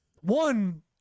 One